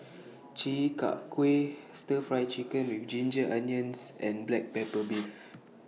Chi Kak Kuih Stir Fry Chicken with Ginger Onions and Black Pepper Beef